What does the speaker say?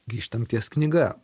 grįžtam ties knyga